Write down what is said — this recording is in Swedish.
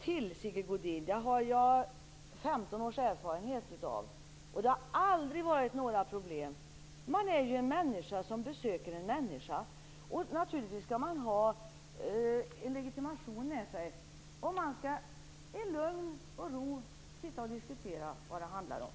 Fru talman! Jag har 15 års erfarenhet av hur det går till. Det har aldrig varit några problem. Man är ju en människa som besöker en människa. Man skall naturligtvis ha en legitimation med sig. Man skall sitta och diskutera i lugn och ro.